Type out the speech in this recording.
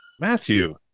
Matthew